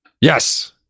yes